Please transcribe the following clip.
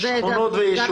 -- שכונות ויישובים.